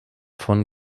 von